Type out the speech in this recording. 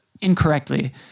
incorrectly